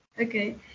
Okay